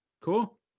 cool